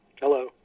Hello